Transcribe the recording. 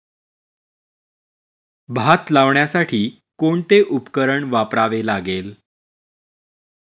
भात लावण्यासाठी कोणते उपकरण वापरावे लागेल?